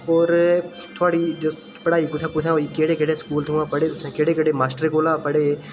होर थुआढ़ी पढ़ाई कुत्थै कुत्थै होई होर केह्ड़े केह्ड़े स्कूल थमां पढ़े केह्ड़े केह्ड़े मास्टरै कोला पढ़े